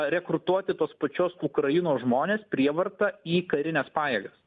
rekrutuoti tos pačios ukrainos žmones prievarta į karines pajėgas